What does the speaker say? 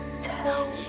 tell